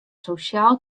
sosjaal